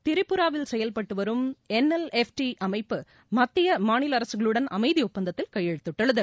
திரிபுராவில் செயல்பட்டு வரும் என்எல்எஃப்டி அமைப்பு மத்திய மாநில அரசுகளுடன் அமைதி ஒப்பந்தத்தில் கையெழுத்திட்டுள்ளது